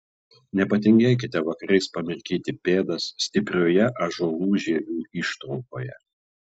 nepatingėkite vakarais pamirkyti pėdas stiprioje ąžuolų žievių ištraukoje